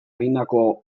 egindako